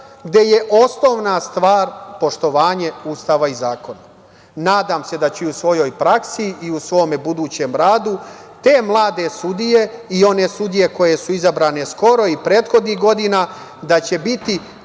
gde je osnovna stvar poštovanje Ustava i zakona. Nadam se da će u svojoj praksi i u svom budućem radu te mlade sudije i one sudije koje su izabrane skoro i prethodnih godina, da biti